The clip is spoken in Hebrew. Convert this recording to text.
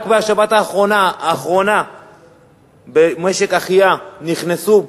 רק בשבת האחרונה במשק-אחיה נכנסו,